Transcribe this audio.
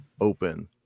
open